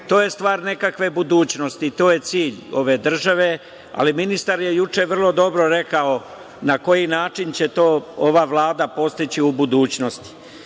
To je stvar nekakve budućnosti. To je cilj ove države. Ministar je juče vrlo dobro rekao na koji način će to ova Vlada postići u budućnosti.